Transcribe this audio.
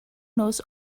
knows